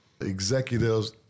executives